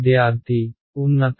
విద్యార్థి ఉన్నత